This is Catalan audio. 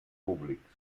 públics